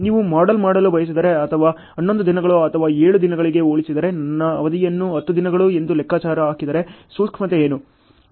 ನೀವು ಮಾಡೆಲ್ ಮಾಡಲು ಬಯಸಿದರೆ ಅಥವಾ 11 ದಿನಗಳು ಅಥವಾ 7 ದಿನಗಳಿಗೆ ಹೋಲಿಸಿದರೆ ನನ್ನ ಅವಧಿಯನ್ನು 10 ದಿನಗಳು ಎಂದು ಲೆಕ್ಕ ಹಾಕಿದರೆ ಸೂಕ್ಷ್ಮತೆ ಏನು